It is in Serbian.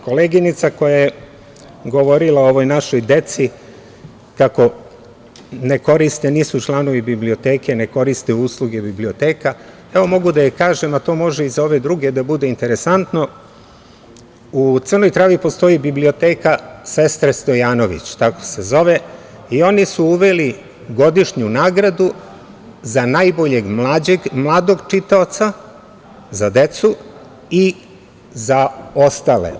Koleginica koja je govorila o ovoj našoj deci kako nisu članovi biblioteke, ne koriste usluge biblioteka, evo, mogu da joj kažem, a to može i za ove druge da bude interesantno, u Crnoj Travi postoji biblioteka „Sestre Stojanović“, tako se zove, i oni su uveli godišnju nagradu za najboljeg mladog čitaoca, za decu i za ostale.